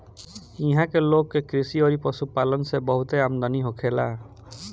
इहां के लोग के कृषि अउरी पशुपालन से बहुते आमदनी होखेला